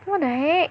what the heck